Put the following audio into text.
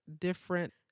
different